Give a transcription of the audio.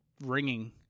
ringing